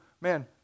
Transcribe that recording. man